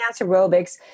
aerobics